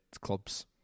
clubs